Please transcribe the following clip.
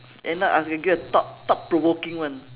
end up I can give you a thought thought provoking one